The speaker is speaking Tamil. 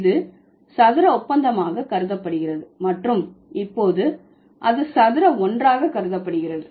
இது சதுர ஒப்பந்தமாக கருதப்படுகிறது மற்றும் இப்போது அது சதுர ஒன்றாக கருதப்படுகிறது